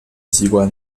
机关